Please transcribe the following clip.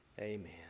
Amen